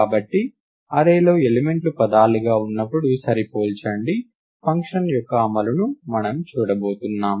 కాబట్టి అర్రేలో ఎలిమెంట్లు పదాలుగా ఉన్నప్పుడు సరిపోల్చండి ఫంక్షన్ యొక్క అమలును మనం చూడబోతున్నాం